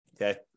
okay